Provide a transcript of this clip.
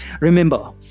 Remember